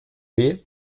weh